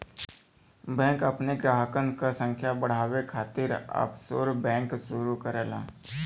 bank अपने ग्राहकन क संख्या बढ़ावे खातिर ऑफशोर बैंक शुरू करला